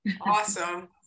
Awesome